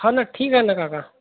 हा न ठीक आहे न काका